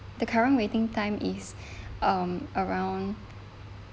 the current waiting waiting time is um around